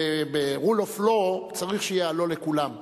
rule of law צריך שיהיה הלוא לכולם,